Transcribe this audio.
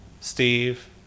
Steve